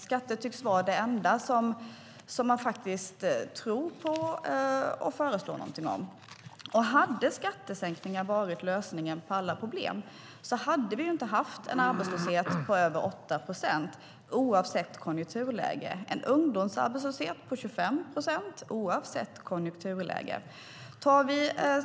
Skatter tycks vara det enda som man tror på och föreslår någonting om. Hade skattesänkningar varit lösningen på alla problem hade vi inte haft en arbetslöshet på över 8 procent, oavsett konjunkturläge, och en ungdomsarbetslöshet på 25 procent, oavsett konjunkturläge.